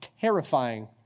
terrifying